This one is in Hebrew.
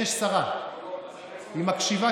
200. מכפילים.